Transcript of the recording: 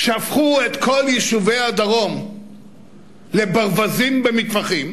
שהפכו את כל יישובי הדרום לברווזים במטווחים,